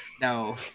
no